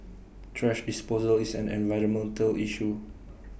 thrash disposal is an environmental issue